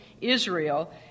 Israel